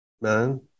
man